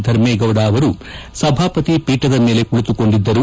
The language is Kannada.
ಧರ್ಮೇಗೌಡ ಅವರು ಸಭಾಪತಿ ಪೀಠದ ಮೇಲೆ ಕುಳಿತುಕೊಂಡಿದ್ದರು